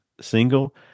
single